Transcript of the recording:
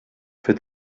für